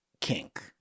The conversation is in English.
kink